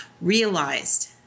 Realized